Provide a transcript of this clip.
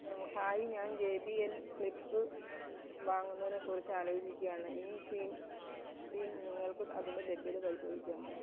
hi ഞാൻ J B L flip വാങ്ങുന്നതിനെക്കുറിച്ച് ആലോചിക്കുകയാണ് ഇൻഫീബീം നിങ്ങൾക്ക് അതിന്റെ ലഭ്യത പരിശോധിക്കാമോ